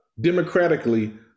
democratically